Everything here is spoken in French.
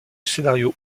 scénario